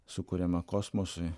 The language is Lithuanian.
sukuriama kosmosui